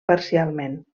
parcialment